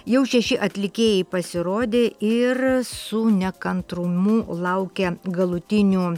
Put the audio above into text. jau šeši atlikėjai pasirodė ir su nekantrumu laukia galutinių